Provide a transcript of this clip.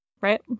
right